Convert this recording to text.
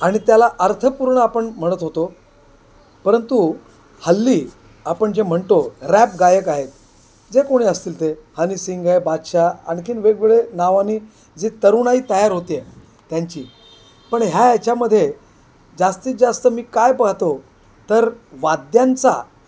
आणि त्याला अर्थपूर्ण आपण म्हणत होतो परंतु हल्ली आपण जे म्हणतो रॅप गायक आहेत जे कोणी असतील ते हनी सिंग आहे बादशाह आणखीन वेगवेगळे नावांनी जे तरुणाई तयार होते त्यांची पण ह्या याच्यामध्ये जास्तीत जास्त मी काय पाहतो तर वाद्यांचा